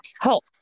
help